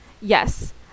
yes